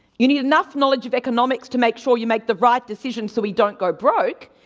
you need enough knowledge of economics to make sure you make the right decisions so we don't go broke.